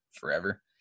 forever